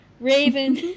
Raven